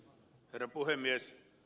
herra puhemies